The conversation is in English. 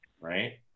right